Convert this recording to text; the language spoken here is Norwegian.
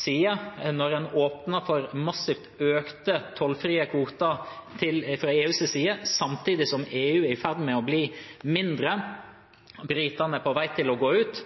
side da en åpnet for massivt økte tollfrie kvoter fra EUs side, samtidig som EU er i ferd med å bli mindre – britene er på vei til å gå ut